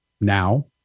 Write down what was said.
now